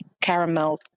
caramel